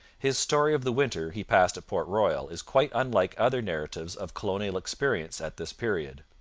his story of the winter he passed at port royal is quite unlike other narratives of colonial experience at this period.